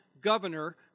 governor